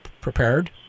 prepared